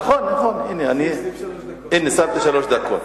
נכון, הנה, שמתי שלוש דקות.